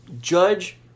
Judge